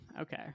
Okay